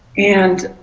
and